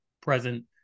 present